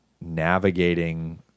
navigating